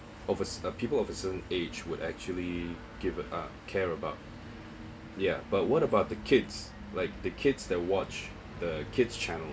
of a cer~ uh people of a certain age would actually give uh care about yeah but what about the kids like the kids that watch the kids' channel